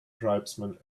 tribesmen